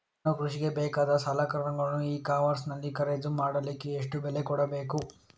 ನಾನು ಕೃಷಿಗೆ ಬೇಕಾದ ಸಲಕರಣೆಗಳನ್ನು ಇ ಕಾಮರ್ಸ್ ನಲ್ಲಿ ಖರೀದಿ ಮಾಡಲಿಕ್ಕೆ ಎಷ್ಟು ಬೆಲೆ ಕೊಡಬೇಕು?